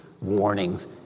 warnings